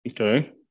Okay